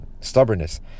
stubbornness